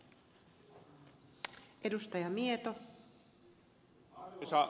arvoisa rouva puhemies